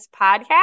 Podcast